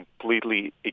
completely